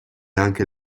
anche